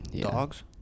Dogs